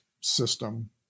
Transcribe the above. system